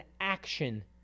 action